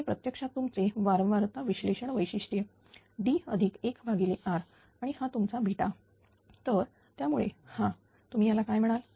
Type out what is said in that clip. तर हे प्रत्यक्षात तुमचे वारंवारता विश्लेषण वैशिष्ट्ये D1R आणि हा तुमचा तर त्यामुळे हा तुम्ही त्याला काय म्हणाल